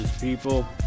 people